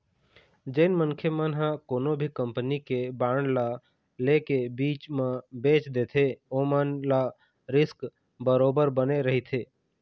जेन मनखे मन ह कोनो भी कंपनी के बांड ल ले के बीच म बेंच देथे ओमन ल रिस्क बरोबर बने रहिथे